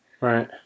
Right